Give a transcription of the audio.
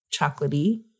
chocolatey